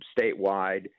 statewide